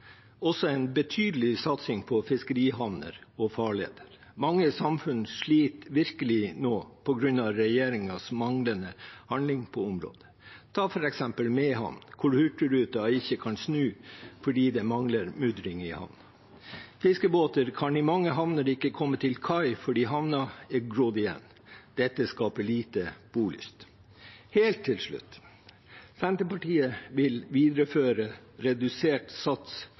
også foreslå en betydelig satsing på fiskerihavner og farleder. Mange samfunn sliter virkelig nå på grunn av regjeringens manglende handling på området. Ta f.eks. Mehamn, hvor hurtigruta ikke kan snu fordi det mangler mudring i havnen. Fiskebåter kan i mange havner ikke komme til kai fordi havnen er grodd igjen. Dette skaper lite bolyst. Helt til slutt: Senterpartiet vil videreføre redusert sats